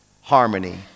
harmony